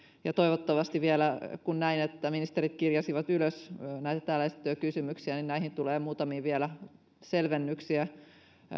ja toivottavasti kun näin että ministerit kirjasivat ylös näitä täällä esitettyjä kysymyksiä näihin muutamiin tulee vielä selvennyksiä